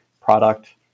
product